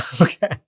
Okay